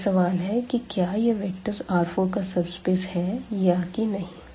अब यह सवाल है कि क्या यह वेक्टर ्स R4का सबस्पेस है कि नहीं